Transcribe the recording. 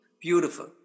Beautiful